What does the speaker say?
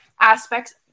aspects –